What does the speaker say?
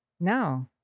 No